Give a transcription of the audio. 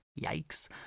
yikes